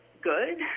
Good